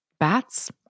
Bats